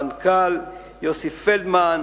המנכ"ל יוסי פלדמן,